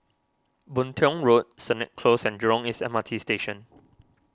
Boon Tiong Road Sennett Close and Jurong East M R T Station